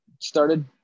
started